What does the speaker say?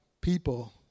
people